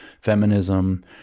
feminism